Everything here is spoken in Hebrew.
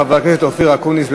חבר הכנסת אופיר אקוניס.